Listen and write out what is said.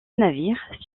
navire